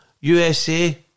USA